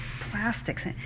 plastics